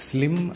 Slim